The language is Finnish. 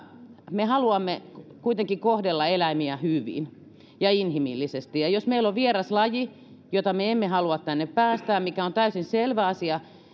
me haluamme kuitenkin kohdella eläimiä hyvin ja inhimillisesti ja jos meillä on vieraslaji jota me emme halua tänne päästää mikä on täysin selvä asia